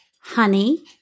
Honey